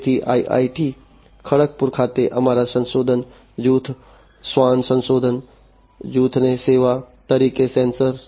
તેથી IIT ખડગપુર ખાતે અમારા સંશોધન જૂથ swan સંશોધન જૂથને સેવા તરીકે સેન્સર